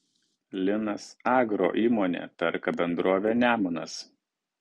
linas agro įmonė perka bendrovę nemunas